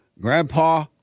Grandpa